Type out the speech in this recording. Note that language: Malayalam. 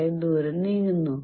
15 ദൂരം നീങ്ങുന്നു